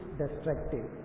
destructive